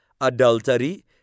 adultery